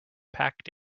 packed